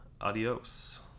Adios